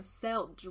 sell